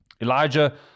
Elijah